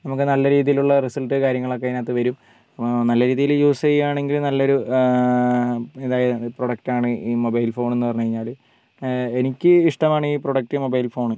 നമുക്ക് നല്ല രീതിയിലുള്ള റിസൾട്ട് കാര്യങ്ങളൊക്കെ അതിനകത്ത് വരും നല്ല രീതിയിൽ യൂസ് ചെയ്യുകയാണെങ്കിൽ നല്ലൊരു ഇതാണ് പ്രോഡക്റ്റാണ് ഈ മൊബൈൽ ഫോണെന്ന് പറഞ്ഞുകഴിഞ്ഞാൽ എനിക്ക് ഇഷ്ടമാണ് ഈ പ്രോഡക്റ്റ് മൊബൈൽ ഫോണ്